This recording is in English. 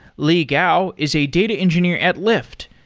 li gao is a data engineer at lyft.